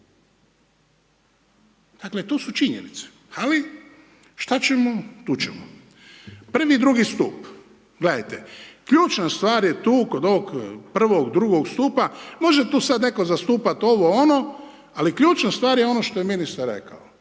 Dakle, to su činjenice. Ali što ćemo, tu ćemo. Prvi i drugi stup, gledajte, ključna stvar je tu kod ovog prvog, drugog stupa može tu sada netko zastupati ovo-ono ali ključna stvar je ono što je ministar rekao,